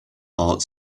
ought